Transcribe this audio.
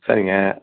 சரிங்க